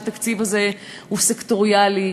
שהתקציב הזה הוא סקטוריאלי,